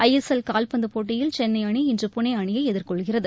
ஐ S L காவ்பந்து போட்டியில் சென்னை அணி இன்று புனே அணியை எதிர்கொள்கிறது